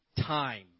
time